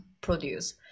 produce